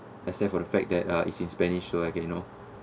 except for the fact that uh it's in spanish so I can you know